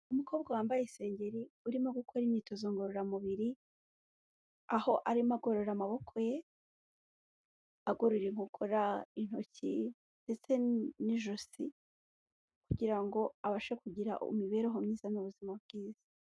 Umukobwa wambaye isengeri urimo gukora imyitozo ngororamubiri aho arimo agorora amaboko ye, agorora inkokora, intoki ndetse n'ijosi, kugira ngo abashe kugira imibereho myiza n'ubuzima bwiza.